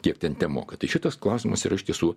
kiek ten temoka tai šitas klausimas iš tiesų